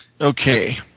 Okay